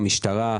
המשטרה,